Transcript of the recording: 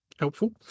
helpful